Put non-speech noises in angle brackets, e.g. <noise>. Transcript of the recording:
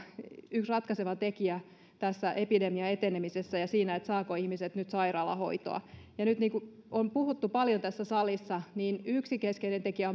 yksi ratkaiseva tekijä tässä epidemian etenemisessä ja siinä saavatko ihmiset nyt sairaalahoitoa ja nyt niin kuin on puhuttu paljon tässä salissa yksi keskeinen tekijä <unintelligible>